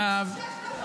שש דקות.